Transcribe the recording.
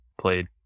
Played